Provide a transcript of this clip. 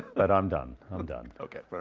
but i'm done, i'm done. okay,